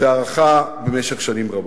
והערכה במשך שנים רבות.